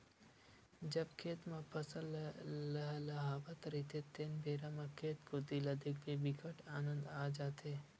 जब खेत म फसल ल लहलहावत रहिथे तेन बेरा म खेत कोती ल देखथे बिकट आनंद आ जाथे